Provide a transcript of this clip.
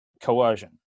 coercion